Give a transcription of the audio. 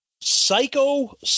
Psycho